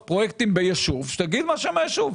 פרויקטים בישוב אז שיגידו מה שם הישוב.